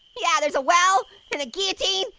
yeah, there's a well, and a guillotine,